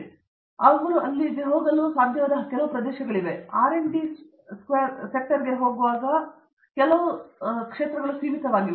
ಆದ್ದರಿಂದ ಅವರು ಇಲ್ಲಿಗೆ ಹೋಗಲು ಸಾಧ್ಯವಾದ ಕೆಲವು ಪ್ರದೇಶಗಳಿವೆ ಆದರೆ ಇದು ಆರ್ ಡಿ ಸೆಕ್ಟರ್ಗೆ ಮತ್ತೊಮ್ಮೆ ಸೀಮಿತವಾಗಿದೆ